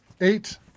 Eight